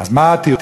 אז מה התירוץ?